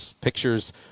pictures